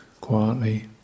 quietly